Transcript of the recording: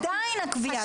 עדיין הקביעה.